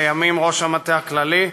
לימים ראש המטה הכללי,